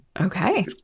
Okay